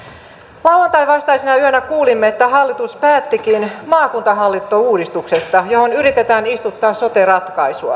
lauantain vastaisena yönä kuulimme että hallitus päättikin maakuntahallintouudistuksesta johon yritetään istuttaa sote ratkaisua